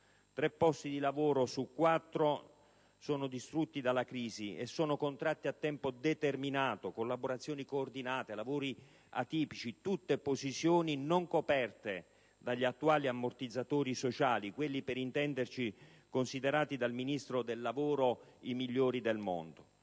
tre posti di lavoro su quattro sono distrutti dalla crisi, e si tratta di contratti a tempo determinato, collaborazioni coordinate, lavori atipici, tutte posizioni non coperte dagli attuali ammortizzatori sociali (quelli, per intenderci, considerati dal Ministro del lavoro i migliori del mondo).